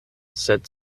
sed